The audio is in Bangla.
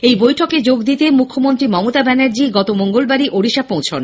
এই বৈঠকে যোগ দিতে মুখ্যমন্ত্রী মমতা ব্যানার্জি গত মঙ্গলবারই ওড়িশা পৌঁছান